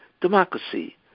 democracy